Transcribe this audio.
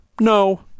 no